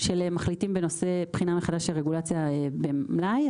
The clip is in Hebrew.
של מחליטים בנושא בחינה מחדש של רגולציה במלאי.